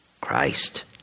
Christ